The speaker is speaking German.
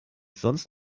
sonst